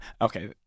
Okay